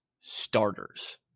starters